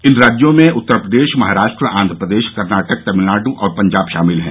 इन राज्यों में उत्तर प्रदेश महाराष्ट्र आंध्र प्रदेश कर्नाटक तमिलनाडु और पंजाब शामिल हैं